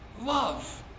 love